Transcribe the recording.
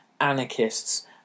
anarchists